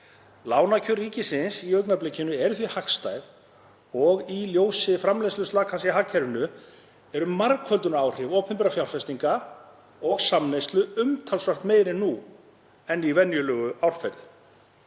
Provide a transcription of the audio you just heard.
Lánakjör ríkisins í augnablikinu eru því hagstæð og í ljósi framleiðsluslakans í hagkerfinu eru margföldunaráhrif opinberra fjárfestinga og samneyslu umtalsvert meiri nú en í venjulegu árferði.